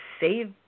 save